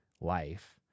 life